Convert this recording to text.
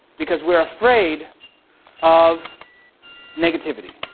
because we are afraid of negativity.